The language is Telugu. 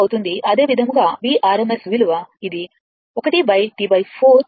అదేవిధంగా Vrms విలువ ఇది 1T 4 0 నుండి T 4 వరకు పరిగణించబడుతుంది